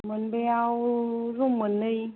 मोनबायाव room मोननै